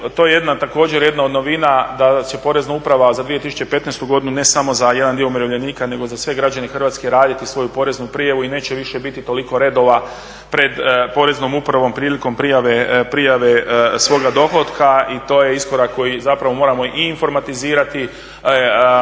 To je također jedna od novina da se Porezna uprava za 2015.godinu ne samo za jedan dio umirovljenika nego za sve građane Hrvatske raditi svoju poreznu prijavu i neće biti više toliko redova pred Poreznom uprave prilikom prijave svoga dohotka. I to je iskorak koji moramo i informatizirani